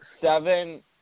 seven